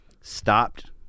stopped